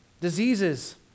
diseases